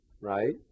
right